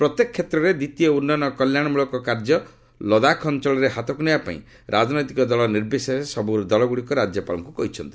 ପ୍ରତ୍ୟେକ କ୍ଷେତ୍ରରେ ଦ୍ୱିତୀୟ ଉନ୍ୟନ ଓ କଲ୍ୟାଣମ୍ବଳକ କାର୍ଯ୍ୟ ଲଦାଖ ଅଞ୍ଚଳରେ ହାତକ୍ ନେବା ପାଇଁ ରାଜନୈତିକ ଦଳ ନିର୍ବିଶେଷରେ ସବୁ ଦଳଗୁଡିକ ରାଜ୍ୟପାଳଙ୍କୁ କହିଛନ୍ତି